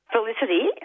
Felicity